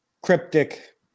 cryptic